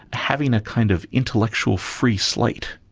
having a kind of intellectual free slate,